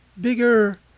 bigger